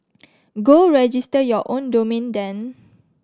go register your own domain then